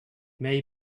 may